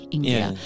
India